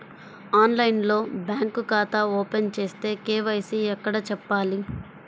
ఆన్లైన్లో బ్యాంకు ఖాతా ఓపెన్ చేస్తే, కే.వై.సి ఎక్కడ చెప్పాలి?